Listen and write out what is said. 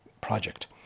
project